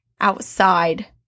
outside